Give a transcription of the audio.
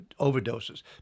overdoses